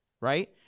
right